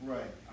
Right